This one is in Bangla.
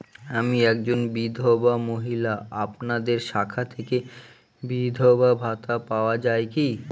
আমি একজন বিধবা মহিলা আপনাদের শাখা থেকে বিধবা ভাতা পাওয়া যায় কি?